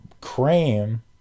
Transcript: cream